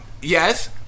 yes